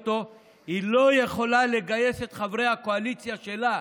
היא לא יכולה לגייס את חברי הקואליציה שלה.